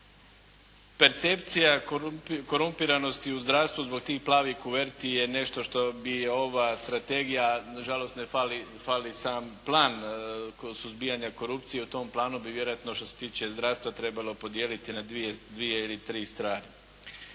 Percepcija korumpiranosti u zdravstvu zbog tih plavih kuverti je nešto što bi ova strategija, na žalost fali sam plan kod suzbijanja korupcije i u tom planu bi vjerojatno što se tiče i zdravstva trebalo podijeliti na dvije ili tri strane.